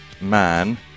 man